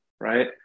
right